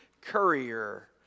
courier